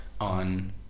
on